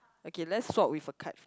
okay let's swap with a card